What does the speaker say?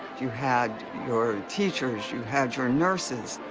you had your teachers. you had your nurses.